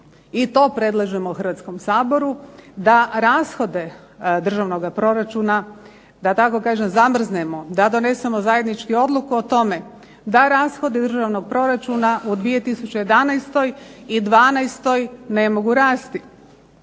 i to predlažemo Hrvatskom saboru da rashode državnoga proračuna, da tako kažem zamrznemo, da donesemo zajednički odluku o tome da rashode državnog proračuna u 2011. i 2012. ne mogu rasti.